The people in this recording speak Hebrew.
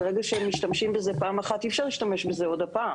ברגע שמשתמשים בזה פעם אחת אי אפשר להשתמש בזה עוד פעם,